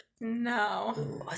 No